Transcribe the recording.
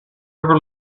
ever